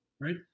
right